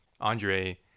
Andre